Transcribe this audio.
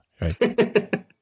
Right